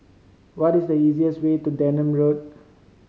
what is the easier's way to Denham Road